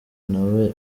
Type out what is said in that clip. nawe